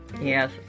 yes